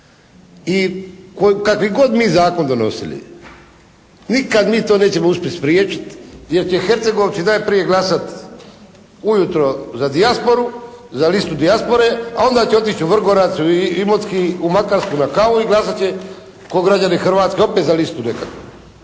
I kakvi god mi zakon donosili nikad mi to nećemo uspjeti spriječiti, jer će Hercegovci najprije glasati ujutro za dijasporu, za listu dijaspore, a onda će otići u Vrgorac, u Imotski, u Makarsku na kavu i glasat će kao građani Hrvatske opet za listu …